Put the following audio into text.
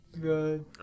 Good